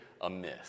amiss